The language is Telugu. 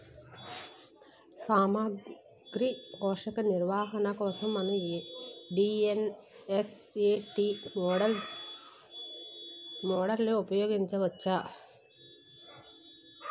సామాగ్రి పోషక నిర్వహణ కోసం మనం డి.ఎస్.ఎస్.ఎ.టీ మోడల్ని ఉపయోగించవచ్చా?